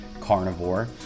carnivore